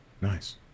nice